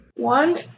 One